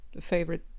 favorite